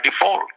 default